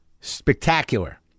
Spectacular